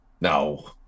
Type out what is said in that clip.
No